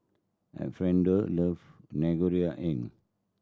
Alfreda love